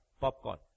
popcorn